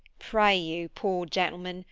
pray you, poor gentleman,